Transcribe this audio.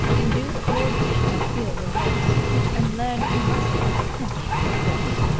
induced lord b. to feel remorse and learn he mustn't punch the force.